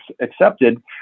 accepted